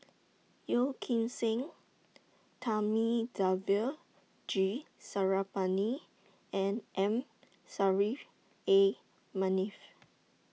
Yeo Kim Seng Thamizhavel G and M A Manaf